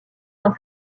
dans